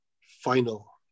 final